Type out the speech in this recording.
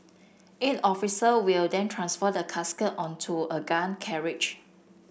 eight officer will then transfer the casket onto a gun carriage